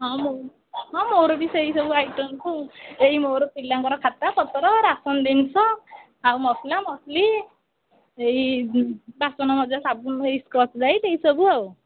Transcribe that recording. ହଁ ମୁ ହଁ ମୋର ବି ସେଇ ସବୁ ଆଇଟମ୍ ଏଇ ମୋର ପିଲାଙ୍କର ଖାତା ପତ୍ର ରାସନ ଜିନିଷ ଆଉ ମସଲା ମସଲି ଏଇ ବାସନ ମଜା ସାବୁନ୍ ସ୍କଚ୍ ବ୍ରାଇଟ୍ ଏଇ ସବୁ ଆଉ